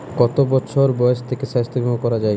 কত বছর বয়স থেকে স্বাস্থ্যবীমা করা য়ায়?